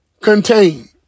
contained